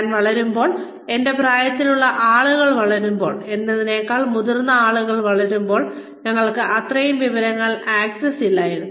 ഞാൻ വളരുമ്പോൾ എന്റെ പ്രായത്തിലുള്ള ആളുകൾ വളരുമ്പോൾ എന്നെക്കാൾ മുതിർന്ന ആളുകൾ വളരുമ്പോൾ ഞങ്ങൾക്ക് അത്രയും വിവരങ്ങൾ ആക്സസ് ഇല്ലായിരുന്നു